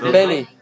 Benny